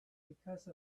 because